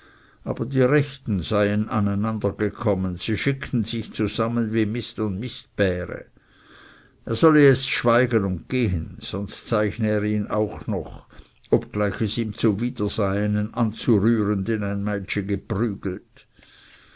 aber die rechten seien aneinander gekommen sie schickten sich zusammen wie mist und mistbähre er solle jetzt schweigen und gehen sonst zeichne er ihn auch noch obgleich es ihm zuwider sei einen anzurühren den ein meitschi geprügelt